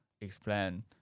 explain